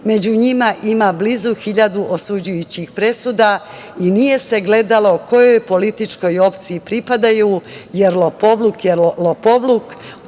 Među njima ima blizu 1.000 osuđujućih presuda i nije se gledalo kojoj političkoj opciji pripadaju, jer lopovluk je lopovluk,